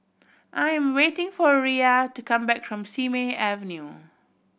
I am waiting for Riya to come back from Simei Avenue